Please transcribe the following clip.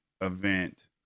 event